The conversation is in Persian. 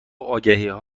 آگهیها